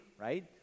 right